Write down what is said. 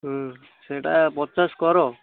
ହୁଁ ସେଇଟା ପଚାଶ କର